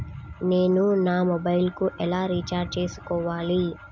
నేను నా మొబైల్కు ఎలా రీఛార్జ్ చేసుకోవాలి?